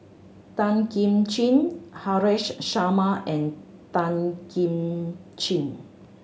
Tan Kim Ching Haresh Sharma and Tan Kim Ching